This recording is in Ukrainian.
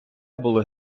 були